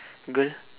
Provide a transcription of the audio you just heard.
girl